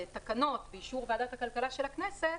בתקנות באישור ועדת הכלכלה של הכנסת